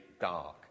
dark